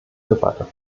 debatte